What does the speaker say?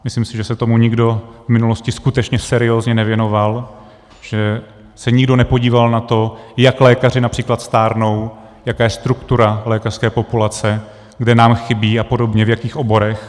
Myslím si, že se tomu nikdo v minulosti skutečně seriózně nevěnoval, že se nikdo nepodíval na to, jak lékaři např. stárnou, jaká je struktura lékařské populace, kde nám chybí apod., v jakých oborech.